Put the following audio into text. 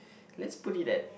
let's put it that